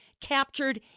captured